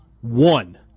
one